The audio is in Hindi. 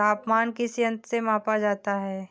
तापमान किस यंत्र से मापा जाता है?